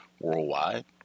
worldwide